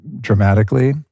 dramatically